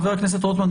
חבר הכנסת רוטמן,